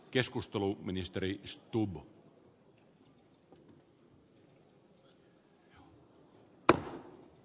arvoisa herra puhemies